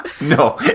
No